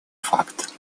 факт